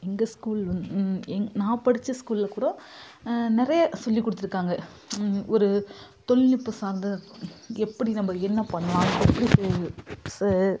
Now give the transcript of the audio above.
எங்கள் ஸ்கூல் வந் எங் நான் படித்த ஸ்கூலில் கூட நிறைய சொல்லிக் கொடுத்துருக்காங்க ஒரு தொழில்நுட்பம் சார்ந்து எப்படி நம்ம என்ன பண்ணலாம் எப்படி போ செ